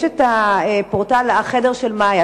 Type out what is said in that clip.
יש הפורטל "החדר של מאיה",